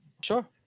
Sure